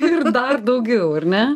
ir dar daugiau ar ne